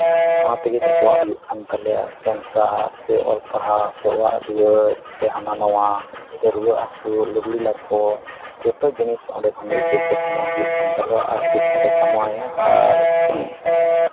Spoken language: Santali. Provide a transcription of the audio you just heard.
ᱚᱱᱟ ᱛᱮᱜᱮ ᱡᱷᱚᱛᱚᱣᱟᱜ ᱦᱩᱭᱩᱜ ᱠᱟᱱ ᱛᱟᱞᱮᱭᱟ ᱥᱚᱝᱥᱟᱨ ᱥᱮ ᱚᱞ ᱯᱟᱲᱦᱟᱣ ᱥᱮ ᱚᱲᱟᱜ ᱫᱩᱣᱟᱹᱨ ᱥᱮ ᱦᱟᱱᱟ ᱱᱚᱣᱟ ᱥᱮ ᱨᱩᱣᱟᱹᱜ ᱦᱟᱹᱥᱩ ᱞᱩᱜᱽᱲᱤᱡ ᱞᱟᱯᱚ ᱡᱚᱛᱚ ᱡᱤᱱᱤᱥ ᱚᱸᱰᱮ ᱠᱷᱚᱱᱜᱮ ᱯᱚᱭᱥᱟ ᱠᱟᱢᱟᱣ ᱦᱩᱭᱩᱜ ᱠᱟᱱ ᱛᱟᱞᱮᱭᱟ ᱟᱨ ᱯᱚᱭᱥᱟ ᱞᱮ ᱠᱟᱢᱟᱣᱮᱫᱼᱟ ᱟᱨ